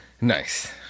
Nice